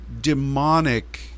demonic